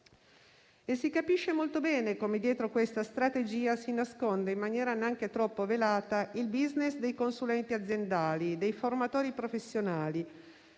Si capisce molto bene come dietro questa strategia si nasconda, in maniera neanche troppo velata, il *business* dei consulenti aziendali, dei formatori professionali,